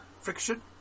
friction